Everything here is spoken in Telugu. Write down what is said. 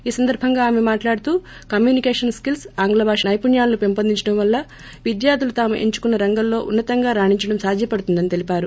ఈ సందర్భంగా ఆమె మాట్లాడుతూ కమ్యూనికేషన్ స్కిల్స్ ఆంగ్ల భాష సైపుణ్యాలను పెంచొందించడం వలన విద్యార్లులు తాము ఎంచుకున్న రంగంలో ఉన్న తంగా రాణించడం సాధ్యపదుతుందని తెలిపారు